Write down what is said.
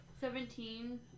Seventeen